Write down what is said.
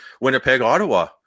Winnipeg-Ottawa